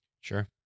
Sure